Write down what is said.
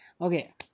Okay